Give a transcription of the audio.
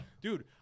dude